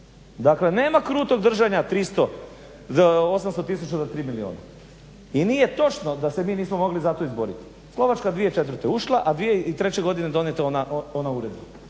Dakle nema krutog traženja 800 tisuća do 3 milijuna i nije točno da se mi nismo mogli za to izboriti. Slovačka je 2004. ušla a 2003 je donijeta ona uredba.